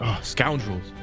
scoundrels